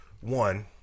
one